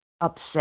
upset